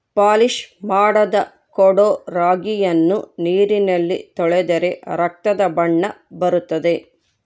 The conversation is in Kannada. ಪಾಲಿಶ್ ಮಾಡದ ಕೊಡೊ ರಾಗಿಯನ್ನು ನೀರಿನಲ್ಲಿ ತೊಳೆದರೆ ರಕ್ತದ ಬಣ್ಣ ಬರುತ್ತದೆ